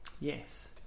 Yes